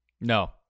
No